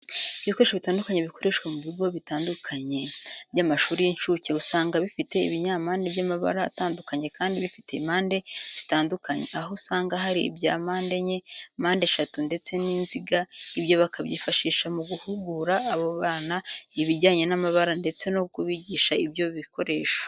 Ibikoresho bitandukanye bikoreshwa mu bigo bitandukanye by'amashuri y'incuke, usanga bifite ibinyampande by'amabara atandukanye kandi bifite impande zitandukanye, aho usanga hari ibya mpandenye, mpandeshatu ndetse n'inziga. Ibyo bakabyifashisha mu guhugura abo bana ibijyanye n'amabara ndetse no kubigisha ibyo bikoresho.